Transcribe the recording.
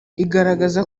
igaragaza